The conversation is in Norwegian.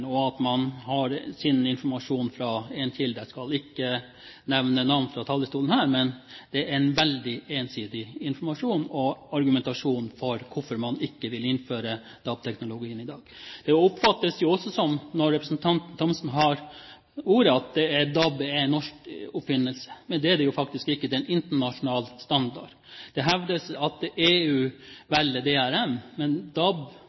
og at man får sin informasjon fra én kilde. Jeg skal ikke nevne navn fra denne talerstol, men det er en veldig ensidig informasjon, likeså argumentasjonen for hvorfor man ikke vil innføre DAB-teknologien i dag. Det oppfattes også slik når representanten Thomsen har ordet, at DAB er en norsk oppfinnelse. Det er det faktisk ikke. Det er en internasjonal standard. Det hevdes at EU velger DRM. Men DAB,